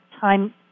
time